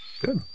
Good